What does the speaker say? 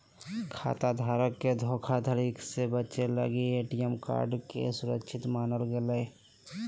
खाता धारक के धोखाधड़ी से बचे लगी ए.टी.एम कार्ड के सुरक्षित मानल गेलय